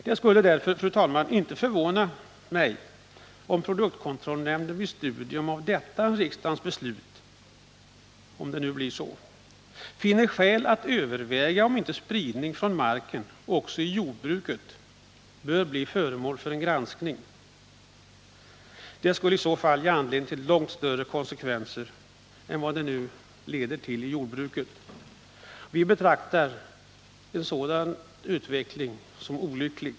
Det skulle därför, fru talman, inte förvåna mig om produktkontrollnämnden vid studium av detta riksdagens beslut, om det blir i enlighet med utskottets förslag, finner skäl att överväga om spridning av bekämpningsmedel från marken också i jordbruket bör bli föremål för en granskning. Det skulle i så fall kunna leda till långt större konsekvenser än dem man får i skogen. Vi betraktar en sådan utveckling som olycklig.